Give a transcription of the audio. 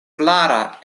klara